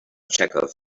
chekhov